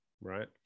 right